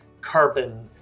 carbon